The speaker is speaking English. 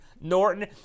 Norton